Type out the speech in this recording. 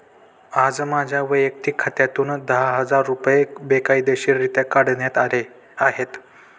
आज माझ्या वैयक्तिक खात्यातून दहा हजार रुपये बेकायदेशीररित्या काढण्यात आले आहेत